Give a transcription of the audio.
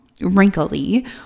wrinkly